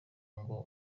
ngo